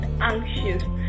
anxious